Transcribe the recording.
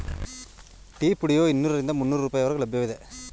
tea ಪುಡಿಯು ಇನ್ನೂರರಿಂದ ಮುನ್ನೋರು ರೂಪಾಯಿ ಹೊರಗೆ ಲಭ್ಯವಿದೆ